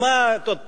והדוגמה, עוד פעם: